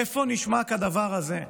איפה נשמע כדבר הזה?